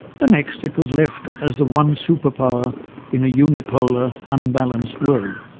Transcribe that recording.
the next it was left as the one superpower in a unipolar, unbalanced world.